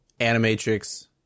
Animatrix